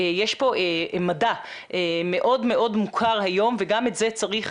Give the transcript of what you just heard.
יש פה מדע מאוד מאוד מוכר היום וגם על זה צריך,